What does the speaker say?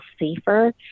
safer